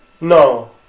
No